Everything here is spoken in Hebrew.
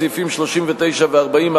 סעיפים 39 ו-40,